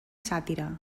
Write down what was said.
sàtira